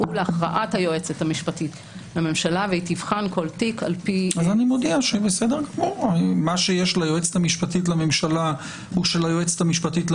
אני מהמשרד להגנת הסביבה, מהלשכה המשפטית,